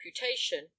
reputation